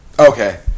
Okay